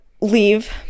leave